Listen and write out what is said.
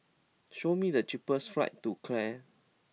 show me the cheapest flights to Chad